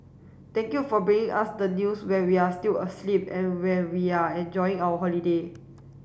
thank you for bringing us the news when we are still asleep and when we are enjoying our holiday